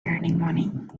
earning